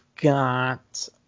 got